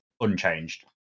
unchanged